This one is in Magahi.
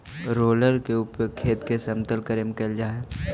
रोलर के उपयोग खेत के समतल करे में कैल जा हई